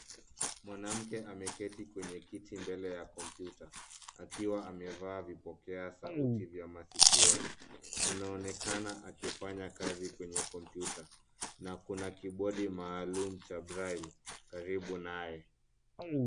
Mwanamke ameketi kwenye kiti mbele ya kompyuta akiwa amevaa vipokea sauti vya masikioni, anaonekana akifanya kazi kwenye kompyuta na kuna kibodi maalum cha braille karibu naye.